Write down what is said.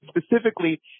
specifically